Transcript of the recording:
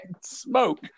smoke